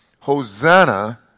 Hosanna